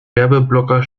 werbeblocker